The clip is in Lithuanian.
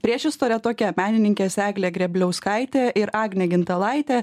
priešistorė tokia menininkės eglė grėbliauskaitė ir agnė gintalaitė